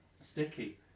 sticky